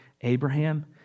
Abraham